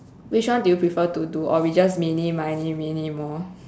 which one do you prefer to do or we just eeny meeny miny moe